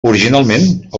originalment